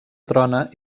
trona